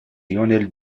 lionel